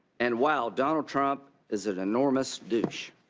and wow, donald trump is an enormous douche.